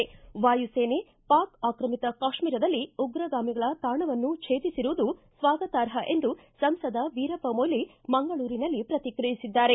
ವಾಯು ಸೇನೆ ಪಾಕ್ ಆಕ್ರಮಿತ ಕಾಶ್ಮೀರದಲ್ಲಿ ಉಗ್ರಗಾಮಿಗಳ ತಾಣವನ್ನು ಛೇದಿಸಿರುವುದು ಸ್ವಾಗತಾರ್ಹ ಎಂದು ಸಂಸದ ವೀರಪ್ಪ ಮೊಯಿಲಿ ಮಂಗಳೂರಿನಲ್ಲಿ ಪ್ರತಿಕ್ರಿಯಿಸಿದ್ದಾರೆ